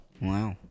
Wow